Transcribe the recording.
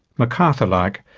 macarthur like,